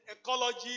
ecology